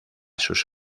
sus